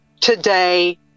today